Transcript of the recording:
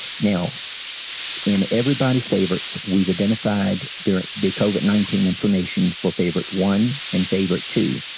now in everybody's favorites we've identified during the covid nineteen information for favorite one and favorite two.